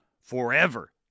forever